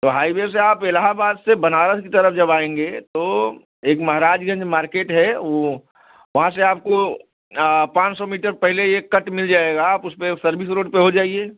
तो हाईवे से आप इलाहाबाद से बनारस की तरफ जब आएंगे तो एक महाराजगंज मार्केट है वो वहाँ से आपको पाँच सौ मीटर पहिले एक कट मिल जाएगा आप उसपे सर्विस रोड पे हो जाइए